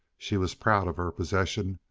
she was proud of her possession,